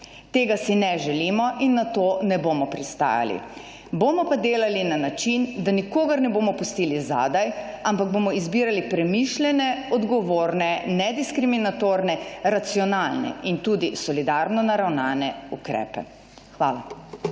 Tega si ne želimo in na to ne bomo pristajali. Bomo pa delali na način, da nikogar ne bomo pustili zadaj, ampak bomo izbirali premišljene, odgovorne, nediskriminatorne, racionalne in tudi solidarno naravnane ukrepe. Hvala.